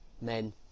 men